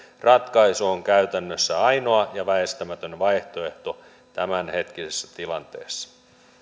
ratkaisu on käytännössä ainoa ja väistämätön vaihtoehto tämänhetkisessä tilanteessa